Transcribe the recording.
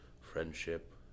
friendship